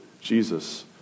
Jesus